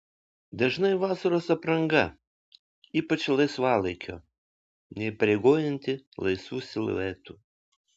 dažnai vasaros apranga ypač laisvalaikio neįpareigojanti laisvų siluetų